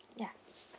ya